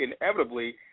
inevitably